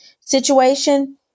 situation